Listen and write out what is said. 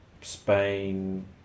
Spain